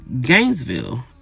Gainesville